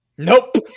Nope